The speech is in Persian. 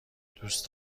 دوست